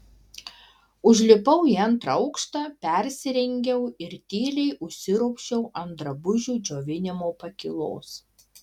užlipau į antrą aukštą persirengiau ir tyliai užsiropščiau ant drabužių džiovinimo pakylos